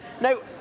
No